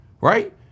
right